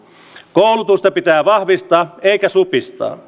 koulutusta pitää vahvistaa eikä supistaa